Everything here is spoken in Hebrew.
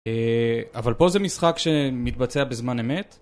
אבל פה זה משחק שמתבצע בזמן אמת